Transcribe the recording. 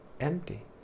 empty